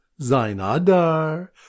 Zainadar